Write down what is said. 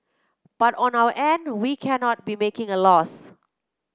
but on our end we cannot be making a loss